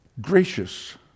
gracious